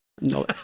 No